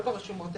לא ברשומות,